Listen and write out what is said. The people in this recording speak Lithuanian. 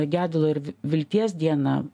gedulo ir vi vilties diena